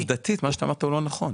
עובדתית, מה שאתה אמרת הוא לא נכון.